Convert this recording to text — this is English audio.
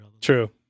True